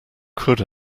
could